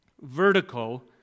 vertical